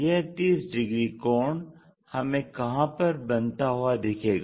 यह 30 डिग्री कोण हमें कहाँ पर बनता हुआ दिखेगा